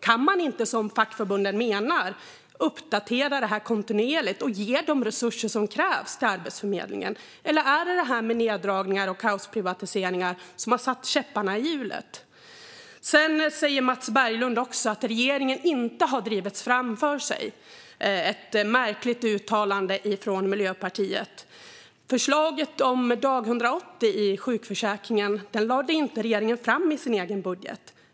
Kan man inte göra som fackförbunden menar och uppdatera detta kontinuerligt och ge de resurser som krävs till Arbetsförmedlingen? Eller är det detta med neddragningar och kaosprivatiseringar som har satt käppar i hjulet? Mats Berglund säger att det inte är någon som har drivit regeringen framför sig. Det är ett märkligt uttalande från Miljöpartiet. Förslaget om dag 180 i sjukförsäkringen lade inte regeringen fram i sin egen budget.